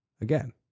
Again